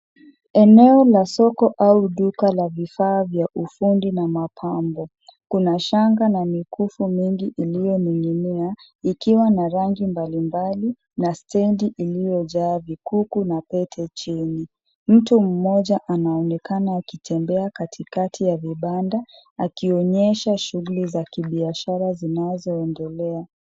Eneo la soko au duka la vifaa vya ufundi na mapambo. Kuna shanga na mikufu mingi iliyoning'inia ikiwa na rangi mbalimbali na stendi iliyojaa vikuku na pete chini. Mtu mmoja anaonekana akitembea katikati ya vibanda, akionyesha shughuli za kibiashara zinazoendelea.